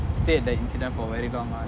state that in singapore very long [one]